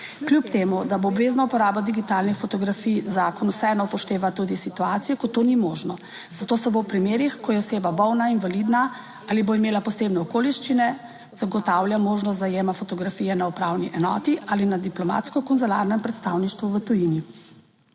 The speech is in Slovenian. Kljub temu, da bo obvezna uporaba digitalnih fotografij zakon vseeno upošteva tudi situacijo, ko to ni možno. Zato se bo v primerih, ko je oseba bolna, invalidna ali bo imela posebne okoliščine zagotavlja možnost najema fotografije na upravni enoti ali na diplomatsko konzularnem predstavništvu v tujini.